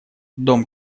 дом